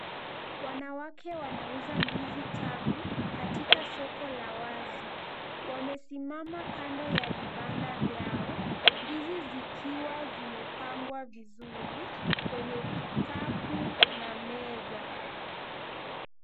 Wanawake wanauza ndizi tamu katika soko la wazi. Wamesimama kando ya vibanda vyao, ndizi zikiwa zimepangwa vizuri kwenye vikapu na meza.